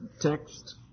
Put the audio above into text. text